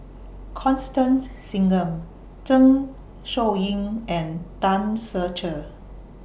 Constance Singam Zeng Shouyin and Tan Ser Cher